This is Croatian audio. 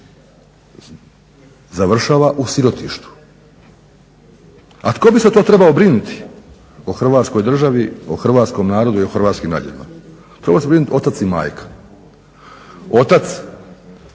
Završava u sirotištu. A tko bi se to trebao brinuti o Hrvatskoj državi, o hrvatskom narodu i o hrvatskim građanima? Trebali bi se brinuti otac i majka. Otac